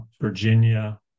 Virginia